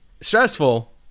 stressful